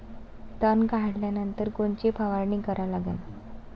तन काढल्यानंतर कोनची फवारणी करा लागन?